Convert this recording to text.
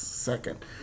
Second